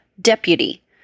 Deputy